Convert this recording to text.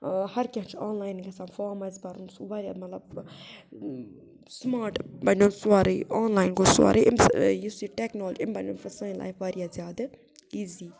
ہَر کیٚنٛہہ چھُ online گژھان فام آسہِ بَرُن سُہ واریاہ مطلب سُماٹ بَنیو سورُے آن لاین گوٚو سورُے اَمہِ سۭتۍ یُس یہِ ٹٮ۪کنالجی أمۍ بَنیو سٲنۍ لایف واریاہ زیادٕ ایٖزی